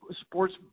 sports